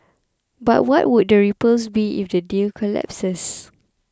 but what would the ripples be if the deal collapses